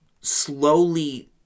slowly